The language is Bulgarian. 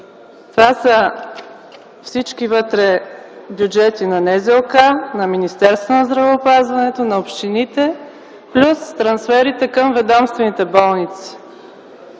Това са всички бюджети – на НЗОК, на Министерството на здравеопазването, на общините плюс трансферите към ведомствените болници.